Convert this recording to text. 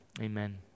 Amen